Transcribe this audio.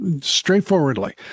straightforwardly